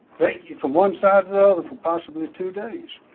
from one side to the other for possibly two days.